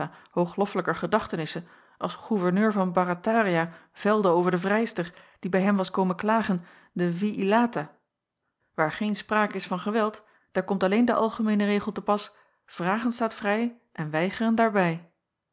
hoogloffelijker gedachtenisse als goeverneur van barataria velde over de vrijster die bij hem was komen klagen de vi illata waar geen sprake is van geweld daar komt alleen de algemeene regel te pas vragen staat vrij en weigeren daarbij